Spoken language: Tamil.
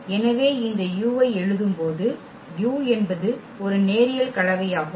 எனவே இந்த u ஐ எழுதும்போது u என்பது ஒரு நேரியல் கலவையாகும்